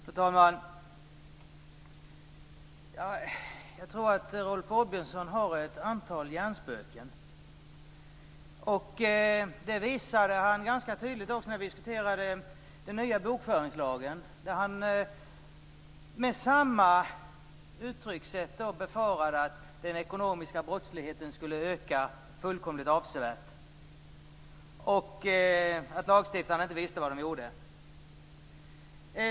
Fru talman! Jag tror att Rolf Åbjörnsson har ett antal hjärnspöken. Det visade han ganska tydligt också när vi diskuterade den nya bokföringslagen, då han med samma uttryckssätt befarade att den ekonomiska brottsligheten skulle öka avsevärt och att lagstiftarna inte visste vad de gjorde.